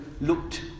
looked